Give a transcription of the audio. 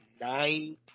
nine